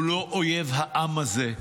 הוא לא אויב העם הזה.